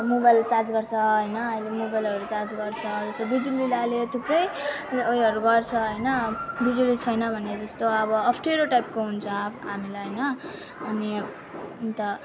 mobile charge गर्छ होइन अहिले मोबाइलहरू चार्ज गर्छ यसो बिजुलीले अहिले थुप्रै उयोहरू गर्छ होइन बिजुली छैन भने जस्तो अब अप्ठ्यारो टाइपको हुन्छ हामीलाई होइन अनि अन्त